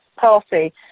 party